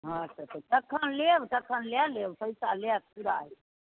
तखन लेब तखन लए लेब पैसा लैके पूरा